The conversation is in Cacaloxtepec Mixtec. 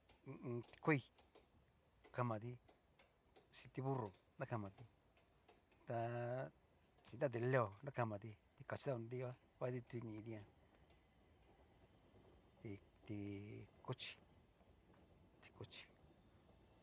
Hu u un. ti kuoai kamati, chín ti burro nra kamati, ta. chin ta ti leo nra kamati, ti kachi ta ho nriva kua titu ni va kiti jan ti- ti cochí ti'cochi.